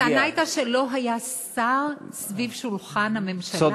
הטענה הייתה שלא היה שר ליד שולחן הממשלה